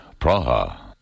Praha